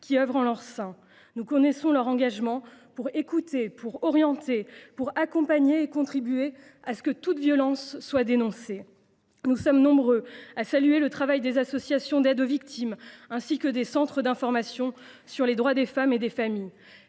qui œuvrent en leur sein. Nous connaissons les efforts qu’ils consentent pour écouter, orienter, accompagner et contribuer à ce que toute violence soit dénoncée. Nous sommes nombreux à saluer le travail des associations d’aides aux victimes, ainsi que des centres d’information sur les droits des femmes et des familles.